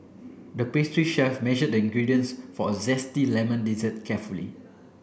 the pastry chef measured the ingredients for a zesty lemon dessert carefully